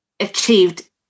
achieved